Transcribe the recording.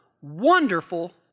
wonderful